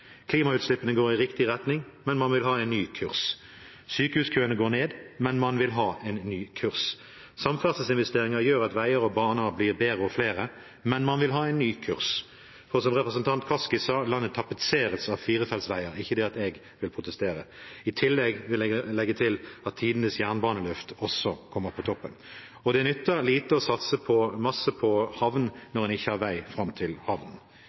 Klimautslippene går i riktig retning, men man vil ha en ny kurs. Sykehuskøene går ned, men man vil ha en ny kurs. Samferdselsinvesteringer gjør at veier og baner blir bedre og flere, men man vil ha en ny kurs. Som representanten Kaski sa, tapetseres landet av firefeltsveier – ikke det at jeg vil protestere. I tillegg vil jeg legge til at tidenes jernbaneløft også kommer på toppen. Det nytter lite å satse masse på havn når en ikke har vei fram til havnen.